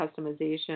customization